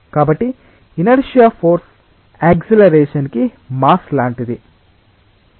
కాబట్టి inertia force acceleration కి mass లాంటిది